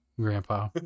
grandpa